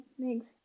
thanks